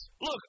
Look